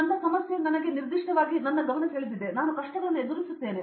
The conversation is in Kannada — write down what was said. ನನಗೆ ಸಮಸ್ಯೆ ನಿರ್ದಿಷ್ಟವಾಗಿ ನನ್ನ ಗಮನ ಸೆಳೆದಿದೆ ಮತ್ತು ನಾನು ಕಷ್ಟಗಳನ್ನು ಎದುರಿಸುತ್ತೇನೆ